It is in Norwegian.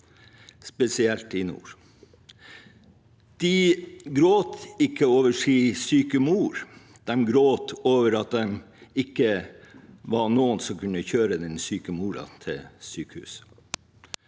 spesielt i nord. De gråter ikke over sin syke mor, de gråter over at det ikke var noen som kunne kjøre den syke moren til et sykehus.